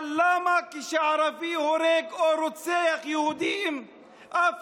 אבל למה כשערבי הורג או רוצח יהודים אף